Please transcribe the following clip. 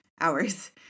hours